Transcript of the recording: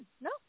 No